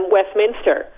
Westminster